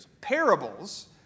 Parables